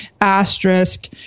asterisk